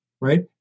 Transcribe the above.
right